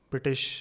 British